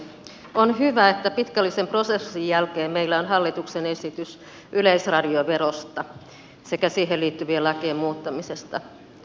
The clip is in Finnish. on hyvä että pitkällisen prosessin jälkeen meillä on hallituksen esitys yleisradioverosta sekä siihen liittyvien lakien muuttamisesta